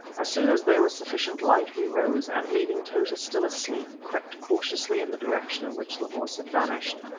as soon as there was sufficient light we rose, and, leaving tota still asleep, crept cautiously in the direction in which the horse had vanished.